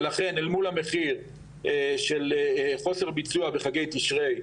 ולכן אל מול המחיר של חוסר ביצוע בחגי תשרי,